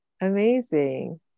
Amazing